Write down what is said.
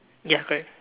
ya correct